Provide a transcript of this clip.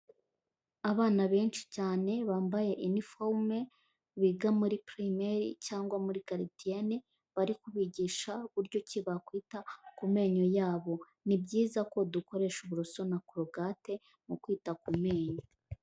Abana benshi cyane bambaye iniforume biga muri pirimeri cyangwa muri garidiyene, bari kubigisha uburyo ki bakwita ku menyo yabo, ni byiza ko dukoresha uburoso na korogate mu kwita ku menyo.